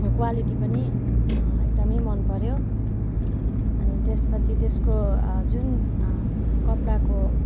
quality पनि एकदमै मनपऱ्यो अनि त्यसपछि त्यसको जुन कपडाको